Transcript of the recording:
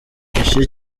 igice